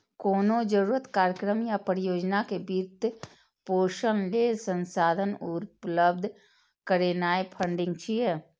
कोनो जरूरत, कार्यक्रम या परियोजना के वित्त पोषण लेल संसाधन उपलब्ध करेनाय फंडिंग छियै